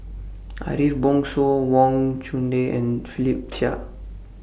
Ariff Bongso Wang Chunde and Philip Chia